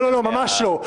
לא, ממש לא.